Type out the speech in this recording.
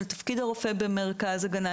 במרכז הגנה,